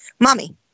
Mommy